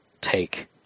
take